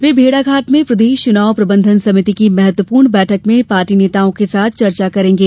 वे भेड़ाघाट में प्रदेश चुनाव प्रबंधन समिति की महत्तवपूर्ण बैठक में पार्टी नेताओं के साथ चर्चा करेंगे